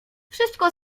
wszystko